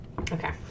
Okay